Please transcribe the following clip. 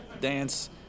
dance